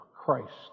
Christ